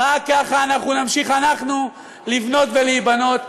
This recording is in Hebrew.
רק ככה אנחנו נמשיך לבנות ולהיבנות.